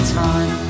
time